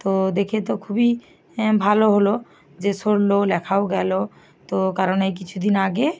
তো দেখে তো খুবই ভালো হলো যে সরলো লেখাও গেল তো কারণ এই কিছু দিন আগে